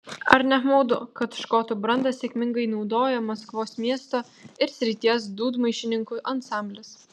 ar ne apmaudu kad škotų brandą sėkmingai naudoja maskvos miesto ir srities dūdmaišininkų ansamblis